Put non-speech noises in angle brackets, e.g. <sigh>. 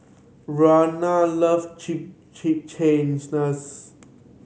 Vernon love <unintelligible> Chimichangas